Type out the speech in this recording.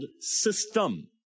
system